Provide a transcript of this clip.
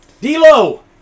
D-Lo